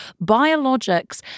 Biologics